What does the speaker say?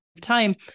time